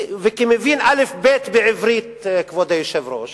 וכמבין אל"ף-בי"ת בעברית, כבוד היושב-ראש,